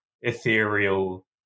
ethereal